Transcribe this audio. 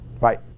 Right